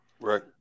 Right